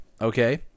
Okay